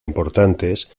importantes